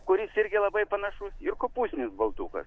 kuris irgi labai panašus ir kopūstinis baltukas